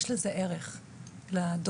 יש לזה ערך לדורות.